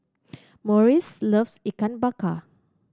Maurice loves Ikan Bakar